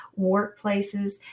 workplaces